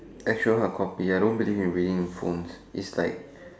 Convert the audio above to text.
actual hard copy I don't believe in reading in phones it's like